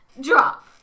drop